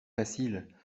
facile